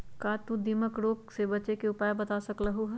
का तू हमरा दीमक के रोग से बचे के उपाय बता सकलु ह?